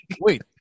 wait